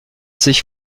sich